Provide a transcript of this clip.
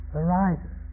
arises